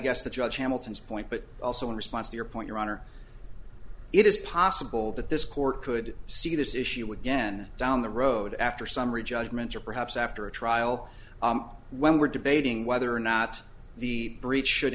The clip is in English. guess the judge hamilton's point but also in response to your point your honor it is possible that this court could see this issue again down the road after summary judgment or perhaps after a trial when we're debating whether or not the breech should